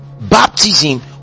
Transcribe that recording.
baptism